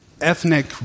ethnic